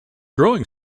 growing